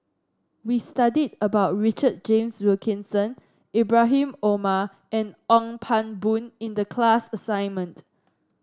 we studied about Richard James Wilkinson Ibrahim Omar and Ong Pang Boon in the class assignment